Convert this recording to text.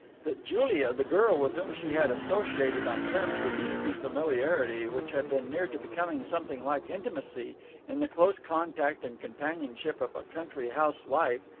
that julia, the girl with whom she had associated on terms of easy familiarity which had been near to becoming something like intimacy in the close contact and companionship of a country-house life,